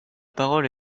parole